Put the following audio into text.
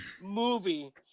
movie